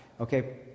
Okay